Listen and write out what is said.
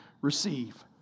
receive